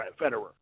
Federer